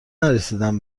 نرسیدم